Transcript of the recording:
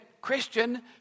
Christian